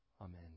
Amen